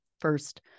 first